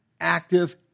active